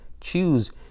choose